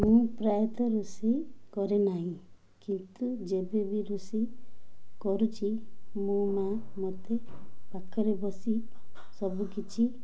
ମୁଁ ପ୍ରାୟତଃ ରୋଷେଇ କରେନାହିଁ କିନ୍ତୁ ଯେବେ ବି ରୋଷେଇ କରୁଛି ମୋ ମାଆ ମୋତେ ପାଖରେ ବସି ସବୁକିଛି